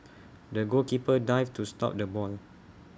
the goalkeeper dived to stop the ball